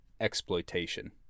exploitation